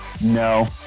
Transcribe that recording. no